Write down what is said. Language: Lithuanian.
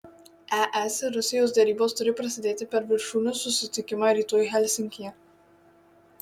es ir rusijos derybos turi prasidėti per viršūnių susitikimą rytoj helsinkyje